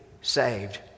saved